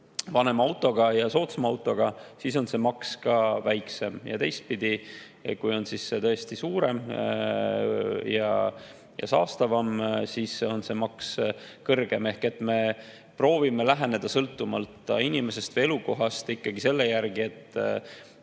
vanema ja soodsama autoga, ning siis on see maks ka väiksem. Teistpidi, kui auto on tõesti suurem ja saastavam, siis on see maks kõrgem. Ehk me proovime läheneda, sõltumata inimesest või elukohast, ikkagi selle järgi,